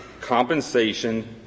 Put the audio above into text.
compensation